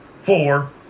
Four